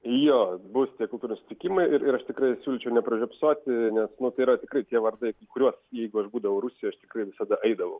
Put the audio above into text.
jo bus tie kultūros susitikimai ir ir aš tikrai siūlyčiau nepražiopsoti nes nu tai yra tikrai tie vardai kuriuos jeigu aš būdavau rusijoj aš tikrai visada eidavau